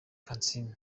kansiime